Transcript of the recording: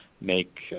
make